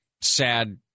sad